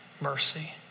mercy